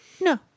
No